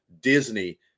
Disney